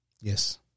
Yes